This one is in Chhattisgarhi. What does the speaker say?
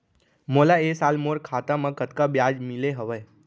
मोला ए साल मोर खाता म कतका ब्याज मिले हवये?